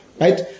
Right